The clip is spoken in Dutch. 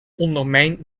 ondermijnt